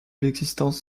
l’existence